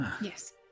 Yes